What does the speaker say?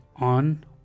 on